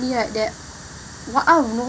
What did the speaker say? right that out of